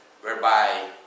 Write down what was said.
whereby